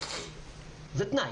זה תנאי,